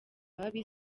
babi